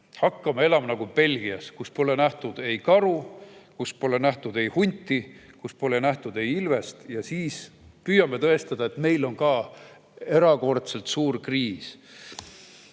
hakkame elama nagu Belgias, kus pole nähtud ei karu, pole nähtud ei hunti, pole nähtud ei ilvest. Ja siis püüame tõestada, et meil on ka erakordselt suur kriis.